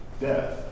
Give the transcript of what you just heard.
death